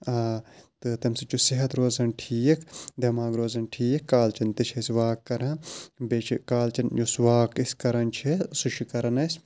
آ تہٕ تَمہِ سۭتۍ چھُ صحت روزان ٹھیٖک دٮ۪ماغ روزان ٹھیٖک کالچَن تہِ چھِ أسۍ واک کَران بیٚیہِ چھِ کالچَن یُس واک أسۍ کَران چھِ سُہ چھِ کَران أسۍ